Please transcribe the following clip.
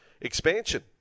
Expansion